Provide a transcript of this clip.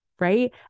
right